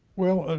well,